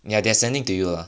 ya they're sending to you ah